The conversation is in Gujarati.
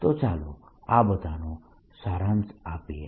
તો ચાલો આ બધાનો સારાંશ આપીએ